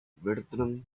bertrand